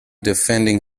defending